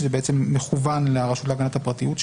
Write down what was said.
שזה מכוון לרשות להגנת הפרטיות,